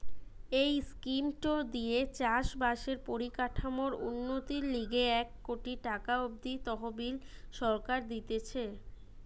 এই স্কিমটো দিয়ে চাষ বাসের পরিকাঠামোর উন্নতির লিগে এক কোটি টাকা অব্দি তহবিল সরকার দিতেছে